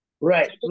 Right